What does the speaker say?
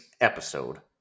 episode